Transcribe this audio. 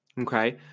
Okay